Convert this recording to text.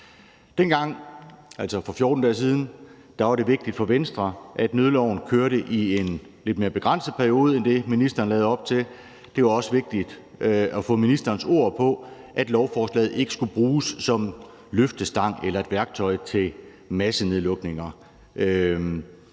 siden var det vigtigt for Venstre, at nødloven kørte i en lidt mere begrænset periode end det, ministeren lagde op til. Det var også vigtigt at få ministerens ord for, at lovforslaget ikke skulle bruges som løftestang for eller værktøj til massenedlukninger.